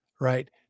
Right